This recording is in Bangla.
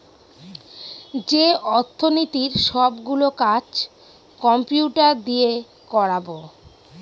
যে অর্থনীতির সব গুলো কাজ কম্পিউটার দিয়ে করাবো